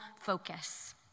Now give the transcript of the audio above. focus